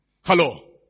Hello